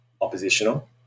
oppositional